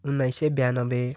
उनाइस सय ब्यानब्बे